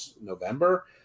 November